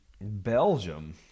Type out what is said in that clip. Belgium